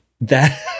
That-